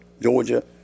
Georgia